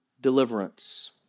deliverance